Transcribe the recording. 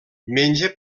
menja